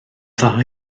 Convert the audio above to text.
dda